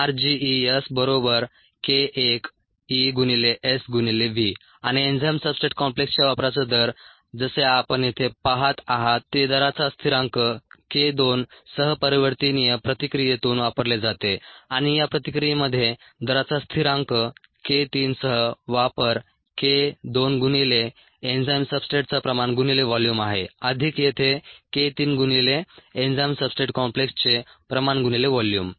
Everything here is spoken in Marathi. rgESk1ESV आणि एन्झाईम सब्सट्रेट कॉम्प्लेक्सच्या वापराचा दर जसे आपण येथे पहात आहात ते दराचा स्थिरांक k 2 सह परिवर्तनीय प्रतिक्रियेतून वापरले जाते आणि या प्रतिक्रियेमध्ये दराचा स्थिरांक k 3 सह वापर k 2 गुणिले एन्झाईम सब्सट्रेटचा प्रमाण गुणिले व्हॉल्यूम आहे अधिक येथे k 3 गुणिले एन्झाईम सब्सट्रेट कॉम्प्लेक्सचे प्रमाण गुणिले व्हॉल्यूम